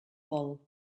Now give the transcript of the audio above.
vol